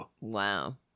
Wow